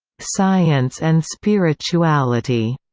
science and spirituality,